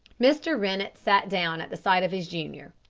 mr. rennett sat down at the sight of his junior.